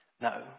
No